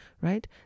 right